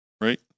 right